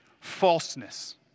falseness